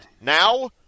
now